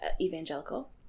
evangelical